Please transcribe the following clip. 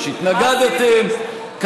התנגדתם,